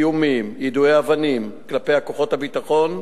איומים ויידוי אבנים כלפי כוחות הביטחון,